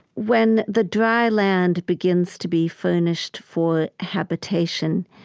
when the dry land begins to be furnished for habitation,